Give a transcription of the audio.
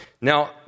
Now